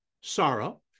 sorrow